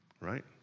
Right